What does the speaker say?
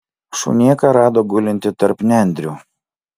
šunėką rado gulintį tarp nendrių